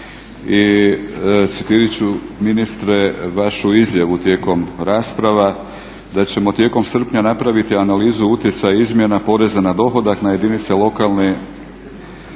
I citirati ću ministre vašu izjavu tijekom rasprava da ćemo tijekom srpnja napraviti analizu utjecaja izmjena poreza na dohodak na jedinice lokalne